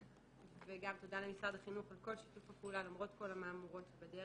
גם תודה למשרד החינוך על כל שיתוף הפעולה למרות כל המהמורות בדרך.